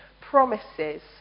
promises